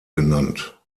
genannt